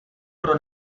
pro